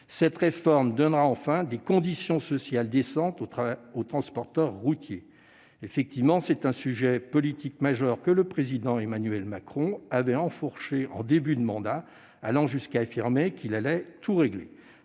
Cette réforme donnera enfin des conditions sociales décentes aux transporteurs routiers. Effectivement, c'est un sujet politique majeur que le président Emmanuel Macron avait enfourché en début de mandat, allant jusqu'à affirmer qu'il allait tout régler.,